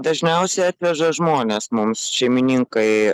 dažniausiai atveža žmonės mums šeimininkai